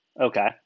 Okay